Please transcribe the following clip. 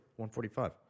145